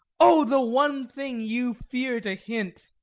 oh, the one thing you fear to hint.